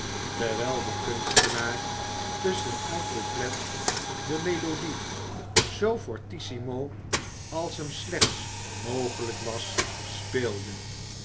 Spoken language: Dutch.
terwijl de kunstenaar tusschen elk couplet de melodie zoo fortissimo als hem slechts mogelijk was speelde